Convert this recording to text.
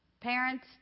parents